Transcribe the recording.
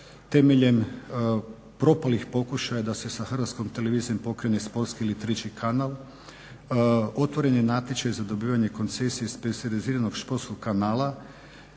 temeljem propalih pokušaja da se sa HRT-om pokrene sportski ili 3. kanal otvoren je natječaj za dobivanje koncesije specijaliziranog sportskog kanala